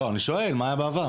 לא, אני שואל מה היה בעבר.